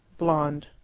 blonde.